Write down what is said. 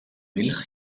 milch